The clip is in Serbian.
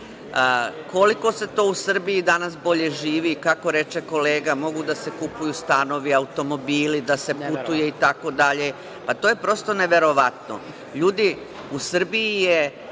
istine. Koliko se to u Srbiji danas bolje živi, kako reče kolega, mogu da se kupuju stanovi, automobili, da se putuje itd. Pa, to je prosto neverovatno. Ljudi, u Srbiji je